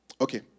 Okay